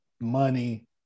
money